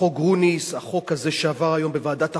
חוק גרוניס, החוק הזה שעבר היום בוועדת החוקה,